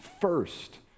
first